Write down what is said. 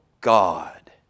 God